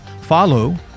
Follow